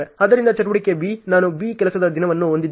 ಆದ್ದರಿಂದ ಚಟುವಟಿಕೆ B ನಾನು 8 ಕೆಲಸದ ದಿನವನ್ನು ಹೊಂದಿದ್ದೇನೆ